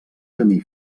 camí